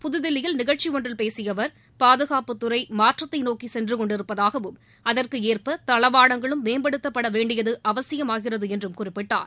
புதுதில்லியில் நிகழ்ச்சியொன்றில் பேசிய அவர் பாதுகாப்புத்துறை மாற்றத்தை நோக்கி சென்று கொண்டிருப்பதாகவும் அதற்கு ஏற்ப தளவாடங்களும் மேம்படுத்தப்பட வேண்டியது அவசியமாகிறது என்றும் குறிப்பிட்டார்